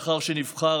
לאחר שנבחר,